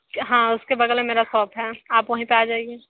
हाँ उसके बगल में मेरा शॉप है आप वही पे आ जाइए